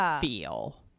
feel